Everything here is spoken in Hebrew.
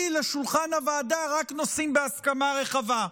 לשולחן הוועדה רק נושאים בהסכמה רחבה.